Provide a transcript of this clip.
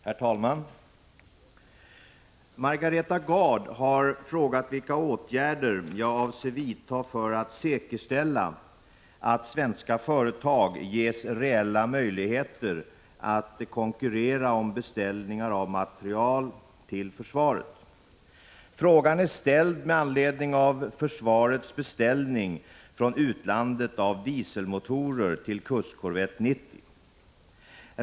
Herr talman! Margareta Gard har frågat vilka åtgärder jag avser vidta för att säkerställa att svenska företag ges reella möjligheter att konkurrera om beställningar av materiel till försvaret. Frågan är ställd med anledning av försvarets beställning från utlandet av dieselmotorer till kustkorvett 90.